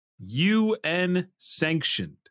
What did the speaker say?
UN-sanctioned